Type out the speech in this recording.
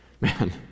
Man